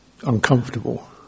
uncomfortable